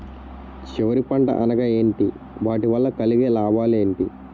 చివరి పంట అనగా ఏంటి వాటి వల్ల కలిగే లాభాలు ఏంటి